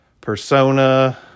persona